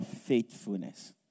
faithfulness